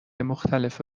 مختلف